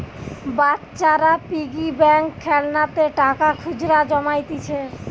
বাচ্চারা piggy bank খেলনাতে টাকা খুচরা জমাইতিছে